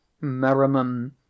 Merriman